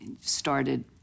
started